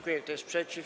Kto jest przeciw?